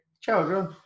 Ciao